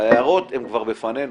ההערות הן כבר בפנינו,